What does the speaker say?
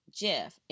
jeff